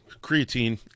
creatine